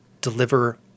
deliver